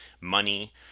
money